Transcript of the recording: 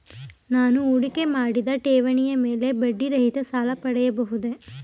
ನಾನು ಹೂಡಿಕೆ ಮಾಡಿದ ಠೇವಣಿಯ ಮೇಲೆ ಬಡ್ಡಿ ರಹಿತ ಸಾಲ ಪಡೆಯಬಹುದೇ?